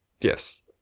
Yes